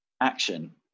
action